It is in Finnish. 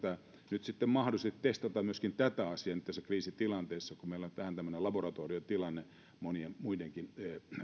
nyt sitten mahdollista testata myöskin tätä asiaa tässä kriisitilanteessa kun meillä on vähän tämmöinen laboratoriotilanne monien muidenkin